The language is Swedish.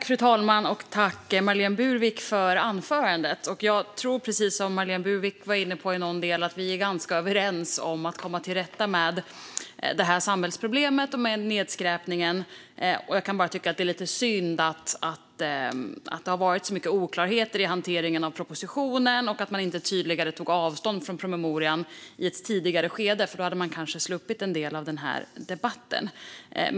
Fru talman! Tack, Marlene Burwick, för anförandet! Jag tror, precis som Marlene Burwick var inne på i någon del, att vi är överens om att komma till rätta med detta samhällsproblem som nedskräpning är. Det är lite synd att det har funnits så många oklarheter i hanteringen av propositionen och att man inte tydligare tog avstånd från promemorian i ett tidigare skede. Då hade man kanske sluppit en del av debatten.